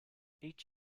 each